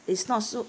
it's not so